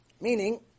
Meaning